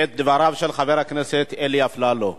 את דבריו של חבר הכנסת אלי אפללו.